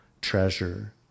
treasure